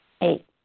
Eight